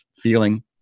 feeling